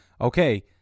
Okay